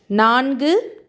நான்கு